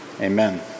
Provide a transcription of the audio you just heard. Amen